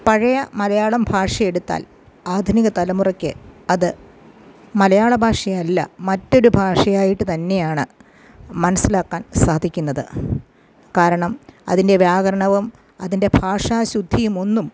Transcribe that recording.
പഴയ മലയാളം ഭാഷയെടുത്താൽ ആധുനിക തലമുറയ്ക്ക് അത് മലയാള ഭാഷയല്ല മറ്റൊരു ഭാഷയായിട്ട് തന്നെയാണ് മനസ്സിലാക്കാൻ സാധിക്കുന്നത് കാരണം അതിൻ്റെ വ്യാകരണവും അതിൻ്റെ ഭാഷാ ശുദ്ധിയും ഒന്നും